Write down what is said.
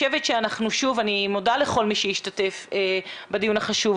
אני מודה לכל מי שהשתתף בדיון החשוב.